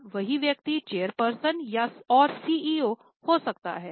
अब वही व्यक्ति चेयरपर्सन और सीईओ हो सकता है